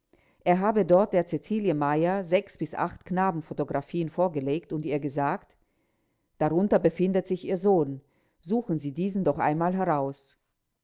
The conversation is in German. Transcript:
er habe dort der cäcilie meyer sechs bis acht knaben photographien vorgelegt und ihr gesagt darunter befindet sich ihr sohn suchen sie diesen doch einmal heraus